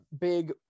big